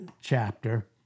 chapter